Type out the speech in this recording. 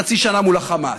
חצי שנה מול החמאס,